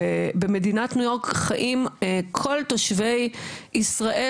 במדינת ניו יורק חיים כל תושבי ישראל